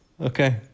okay